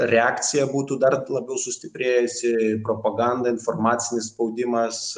reakcija būtų dar labiau sustiprėjusi propaganda informacinis spaudimas